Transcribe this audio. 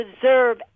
deserve